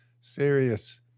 serious